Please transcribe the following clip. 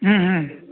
ꯎꯝ ꯎꯝ